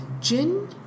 Gin